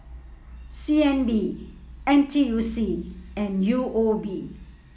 C N B N T U C and U O B